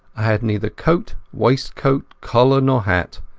i had neither coat, waistcoat, collar, nor hat,